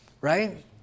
Right